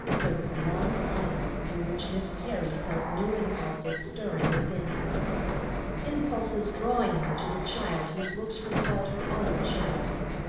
there was a long silence, in which miss terry felt new impulses stirring within her impulses drawing her to the child whose looks recalled her own childhood.